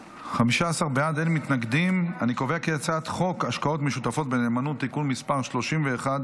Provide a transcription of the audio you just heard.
חוק השקעות משותפות בנאמנות (תיקון מס' 31),